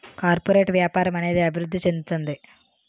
corporate వ్యాపారం అనేది అభివృద్ధి చెందుతుంది